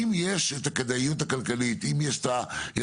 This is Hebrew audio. אם יש את הכדאיות הכלכליות, אם יש את היזמות?